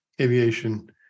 aviation